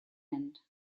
end